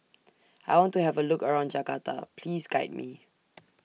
I want to Have A Look around Jakarta Please Guide Me